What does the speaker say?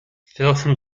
film